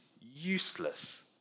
useless